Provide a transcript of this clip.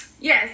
Yes